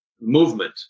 movement